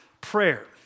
prayer